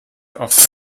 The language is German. auf